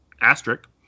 asterisk